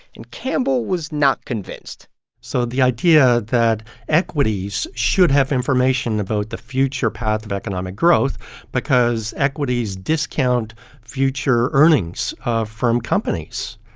and campbell was not convinced so the idea that equities should have information about the future path of economic growth because equities discount future earnings ah from companies,